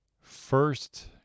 First